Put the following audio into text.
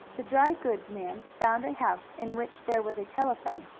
the dry-goods man found a house in which there was a telephone,